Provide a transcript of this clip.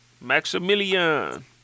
Maximilian